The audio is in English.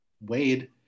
Wade